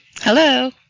Hello